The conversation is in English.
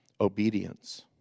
obedience